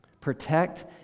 Protect